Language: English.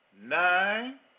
Nine